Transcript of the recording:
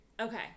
Okay